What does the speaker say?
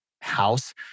house